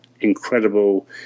incredible